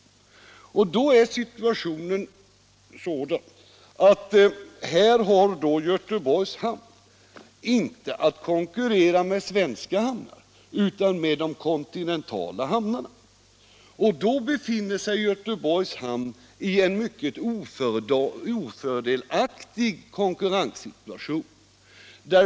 Då — svenska hamnväär situationen sådan att Göteborgs hamn inte har att konkurrera med = sendet, m.m. svenska hamnar, utan med kontinentala hamnar, och då befinner sig Göteborgs hamn i en ofördelaktig konkurrenssituation.